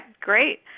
great